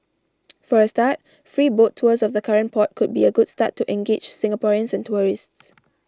for a start free boat tours of the current port could be a good start to engage Singaporeans and tourists